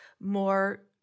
more